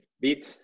bit